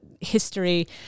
history